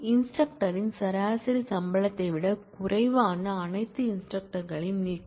இன்ஸ்டிரக்டரின் சராசரி சம்பளத்தை விடக் குறைவான அனைத்து இன்ஸ்டிரக்டர்களையும்நீக்கு